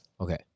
Okay